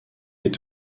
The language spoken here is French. est